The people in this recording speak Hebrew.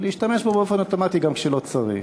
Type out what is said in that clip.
להשתמש בו באופן אוטומטי גם כשלא צריך.